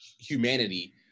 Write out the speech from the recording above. humanity